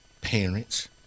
parents